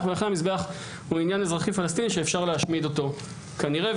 ולכן המזבח הוא עניין פלסטיני אזרחי שאפשר להשמיד אותו כנראה.